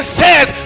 says